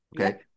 Okay